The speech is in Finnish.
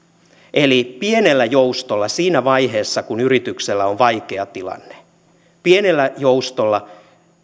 eli pienellä joustolla siinä vaiheessa kun yrityksellä on vaikea tilanne pienellä joustolla